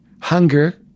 hunger